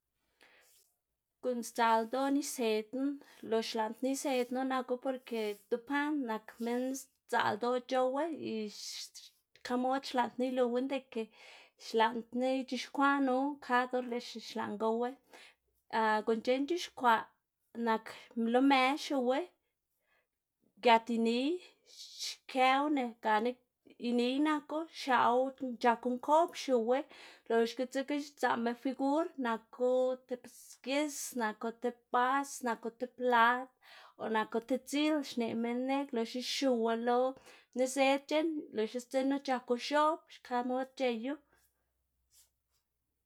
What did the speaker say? Guꞌn sdzaꞌl ldoꞌná isedná lo xlaꞌndná isednu naku porke dupaꞌná nak minn sdzaꞌl ldoꞌ c̲h̲owu y xka mod xlaꞌndná iluwná de ke xlaꞌndná ic̲h̲ixkwaꞌnu kad or lëꞌxi xlaꞌn gowu, guꞌn c̲h̲eꞌn c̲h̲ixkwaꞌ nak lo më xiuwu, giat iniy xkëwune gana iniy naku xiaꞌwu c̲h̲aku nkob xiuwu loxga dzekna sdzaꞌma figur naku tib gis naku tib bas o naku tib plat o naku tib dzil xneꞌ minn neꞌg, loxna xiuw lo nizëd c̲h̲eꞌn loxna sdzinu c̲h̲aku x̱oꞌb, xka mod c̲h̲eyu.